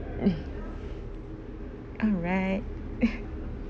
alright